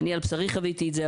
אני על בשרי חוויתי את זה,